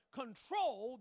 control